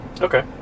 Okay